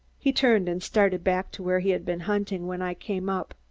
he turned and started back to where he had been hunting when i came up.